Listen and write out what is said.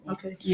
Okay